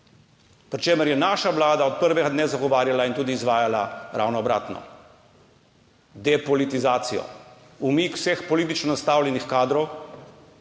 pri čemer je naša vlada od prvega dne zagovarjala in tudi izvajala ravno obratno – depolitizacijo, umik vseh politično nastavljenih kadrov